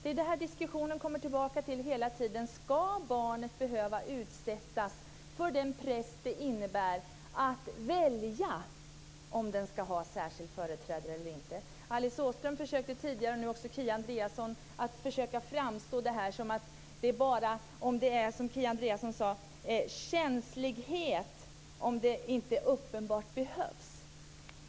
Vad diskussionen hela tiden kommer tillbaka till är om barnet ska behöva utsättas för den press som det innebär att välja om det ska ha särskild företrädare eller inte. Alice Åström försökte tidigare, och nu också Kia Andreasson, framställa det som att det är fråga om, som Kia Andreasson sade, känslighet när det gäller om det inte uppenbart behövs.